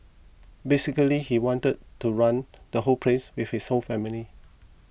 basically he wanted to run the whole place with his own family